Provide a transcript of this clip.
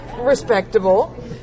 respectable